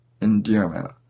endearment